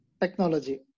technology